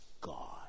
God